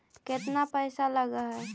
केतना पैसा लगय है?